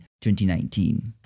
2019